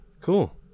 Cool